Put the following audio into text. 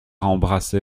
embrassé